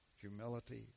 humility